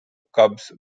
cubs